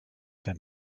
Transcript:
than